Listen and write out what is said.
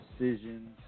Decisions